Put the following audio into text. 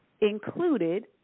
Included